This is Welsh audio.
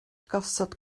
gosod